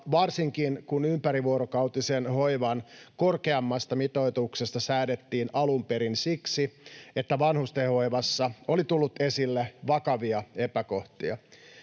varsinkin kun ympärivuorokautisen hoivan korkeammasta mitoituksesta säädettiin alun perin siksi, että vanhustenhoivassa oli tullut esille vakavia epäkohtia.